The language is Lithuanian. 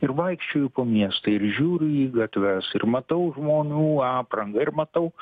ir vaikščioju po miestą ir žiūriu į gatves ir matau žmonių aprangą ir matau